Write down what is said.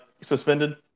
suspended